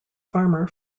farmer